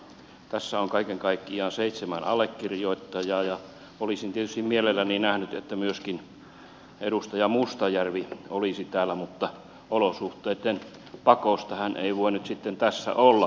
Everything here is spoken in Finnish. tässä on kaiken kaikkiaan seitsemän allekirjoittajaa ja olisin tietysti mielelläni nähnyt että myöskin edustaja mustajärvi olisi tässä mutta olosuhteitten pakosta hän ei voi nyt sitten tässä olla